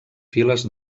files